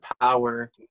power